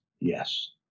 Yes